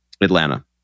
Atlanta